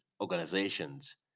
organizations